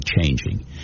changing